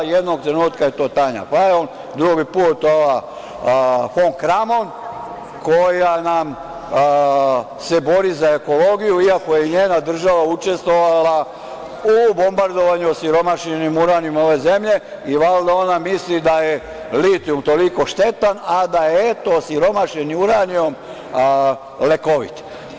Jednog trenutka je to Tanja Fajon, drugi put ova fon Kramon, koja nam se bori za ekologiju i ako je njena država učestvovala u bombardovanju osiromašenim uranijom ove zemlje i valjda ona misli da je litijum toliko štetan, a da eto, osiromašeni uranijum lekovit.